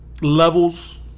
Levels